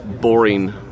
boring